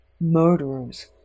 murderers